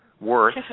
worth